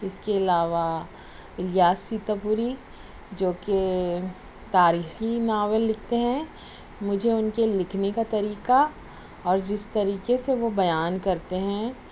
اِس کے علاوہ یاسی تبوری جو کہ تاریخی ناول لکھتے ہیں مجھے اُن کے لکھنے کا طریقہ اور جس طریقے سے وہ بیان کرتے ہیں